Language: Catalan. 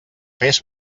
fes